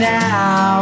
now